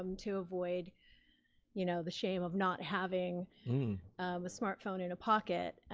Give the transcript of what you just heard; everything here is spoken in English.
um to avoid you know the shame of not having a smartphone in a pocket.